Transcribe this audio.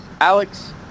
Alex